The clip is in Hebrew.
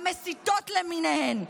המסיתות למיניהן,